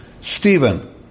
Stephen